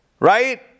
Right